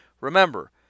remember